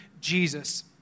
Jesus